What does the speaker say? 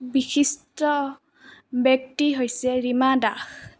বিশিষ্ট ব্যক্তি হৈছে ৰীমা দাস